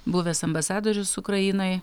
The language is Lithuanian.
buvęs ambasadorius ukrainoj